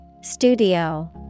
Studio